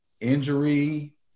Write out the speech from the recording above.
injury